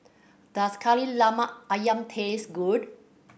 does Kari Lemak Ayam taste good